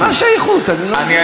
מה השייכות, אני לא מבין.